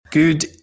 Good